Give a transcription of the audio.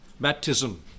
baptism